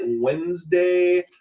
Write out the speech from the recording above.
Wednesday